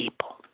people